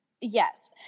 Yes